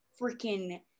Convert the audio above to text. freaking